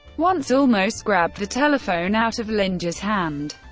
once almost grabbed the telephone out of linge's hand.